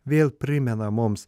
vėl primena mums